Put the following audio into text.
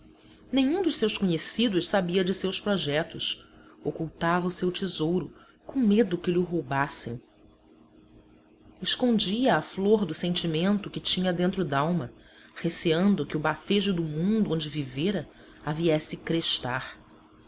nenhum dos seus conhecidos sabia de seus projetos ocultava o seu tesouro com medo que lho roubassem escondia a flor do sentimento que tinha dentro d'alma receando que o bafejo do mundo onde vivera a viesse crestar